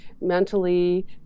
mentally